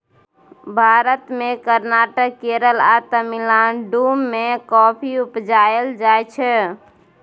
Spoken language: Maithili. भारत मे कर्नाटक, केरल आ तमिलनाडु मे कॉफी उपजाएल जाइ छै